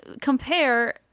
compare